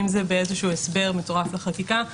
אם זה באיזה הסבר מצורף לחקיקה,